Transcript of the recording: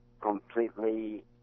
completely